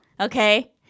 Okay